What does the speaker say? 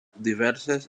diverses